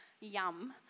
Yum